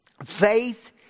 Faith